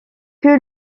que